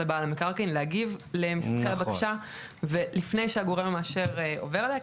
לבעל המקרקעין להגיב למסמכי הבקשה ולפני שהגורם המאשר עובר עליה,